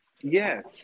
yes